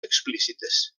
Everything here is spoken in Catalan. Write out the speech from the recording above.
explícites